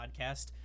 podcast